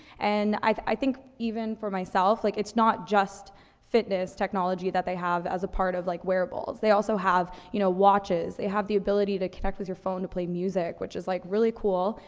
and i, i think even for myself, like, it's not just fitness technology that they have as a part of, like, wearables, they also have, you know, watches. they have the ability to connect with your phone to play music, which is, like, really cool.